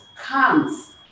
comes